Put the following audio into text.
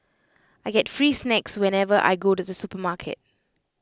I get free snacks whenever I go to the supermarket